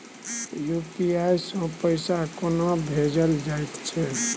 UPI सँ पैसा कोना भेजल जाइत छै?